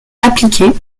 appliqués